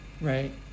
right